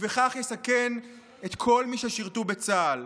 ובכך יסכן את כל מי ששירתו בצה"ל.